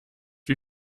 wie